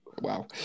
wow